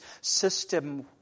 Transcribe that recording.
system